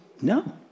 no